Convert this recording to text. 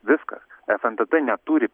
viskas fntt neturi